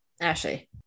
Ashley